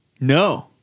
No